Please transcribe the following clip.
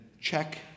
check